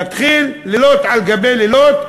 נתחיל לילות על גבי לילות,